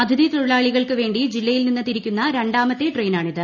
അതിഥി തൊഴിലാളികൾക്ക് വേണ്ടി ജില്ലയിൽ നിന്ന് തിരിക്കുന്ന രണ്ടാമത്തെ ട്രെയിനാണിത്